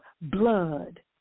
blood